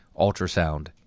ultrasound